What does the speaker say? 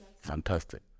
Fantastic